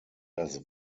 das